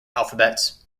alphabets